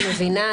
אני מבינה.